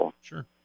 Sure